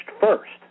first